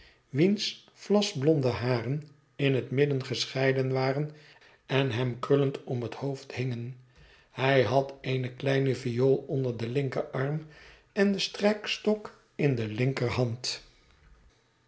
wiens vlasblonde haren in het midden gescheiden waren en hem krullend om het hoofd welgemaniebdiieti hingen hij had eene kleine viool onder den linkerarm en den strijkstok in de linkerhand